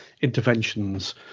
interventions